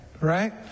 right